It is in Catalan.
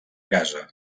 casa